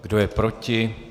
Kdo je proti?